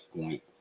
point